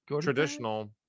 Traditional